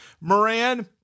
Moran